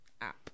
app